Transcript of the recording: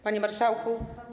Panie Marszałku!